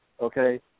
Okay